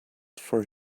for